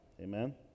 Amen